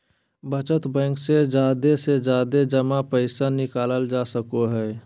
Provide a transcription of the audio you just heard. बचत बैंक से जादे से जादे जमा पैसा निकालल जा सको हय